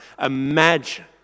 Imagine